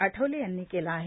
आठवले यांनी केला आहे